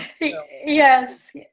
Yes